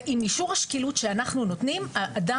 ועם אישור השקילות שאנחנו נותנים אדם